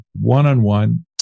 one-on-one